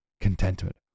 contentment